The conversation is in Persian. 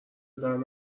درد